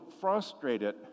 frustrated